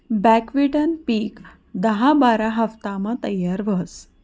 बकव्हिटनं पिक दहा बारा हाफतामा तयार व्हस